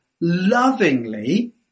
lovingly